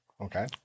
Okay